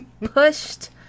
pushed